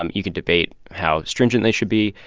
um you can debate how stringent they should be.